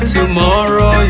Tomorrow